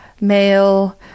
male